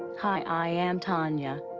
hi, i am tania.